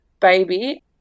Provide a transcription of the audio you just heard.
baby